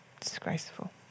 disgraceful